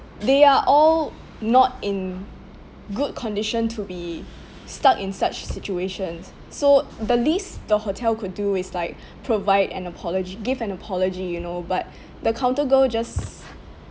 they are all not in good condition to be stuck in such situations so the least the hotel could do is like provide an apology give an apology you know but the counter girl just